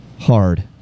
hard